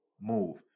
move